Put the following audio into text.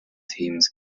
teams